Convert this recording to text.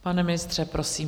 Pane ministře, prosím.